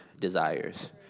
desires